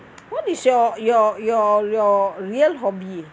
what is your your your your real hobby